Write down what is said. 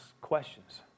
questions